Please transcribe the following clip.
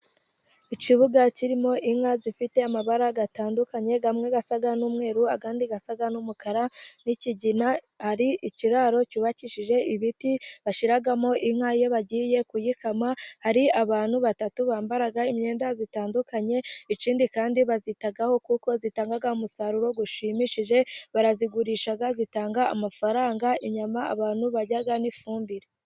Ikibuga kirimo inka zifite amabara atandukanye amwe asa n'umweruru, andi asaga n'umukara n'ikigina, hari ikiraro cyubakishije ibiti bashyiramo inka iyo bagiye kuyikama, hari abantu batatu bambara imyenda itandukanye, ikindi kandi bazitaho kuko zitanga umusaruro ushimishije, barazigurisha, zitanga amafaranga, inyama abantu barya n'ifumbire.